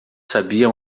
sabia